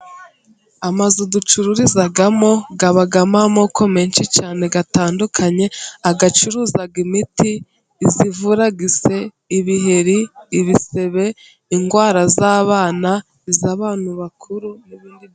Amazu ducururizamo abamo amoko menshi cyane atandukanye, ayacuruza imiti: iyivura ise, ibiheri, ibisebe, indwara z'abana iz'abantu bakuru.